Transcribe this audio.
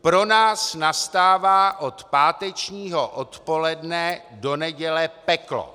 Pro nás nastává od pátečního odpoledne do neděle peklo.